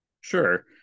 sure